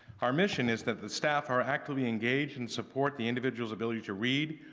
our mission is that the staff are actively engaged and support the individual's ability to read,